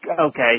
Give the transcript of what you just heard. okay